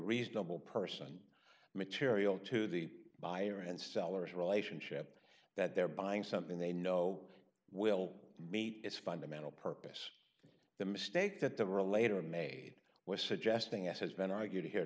reasonable person material to the buyer and sellers relationship that they're buying something they know will meet its fundamental purpose the mistake that deborah later made was suggesting as has been argued here